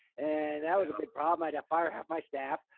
and that was a big problem. i had a fire, half my staff,